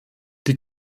die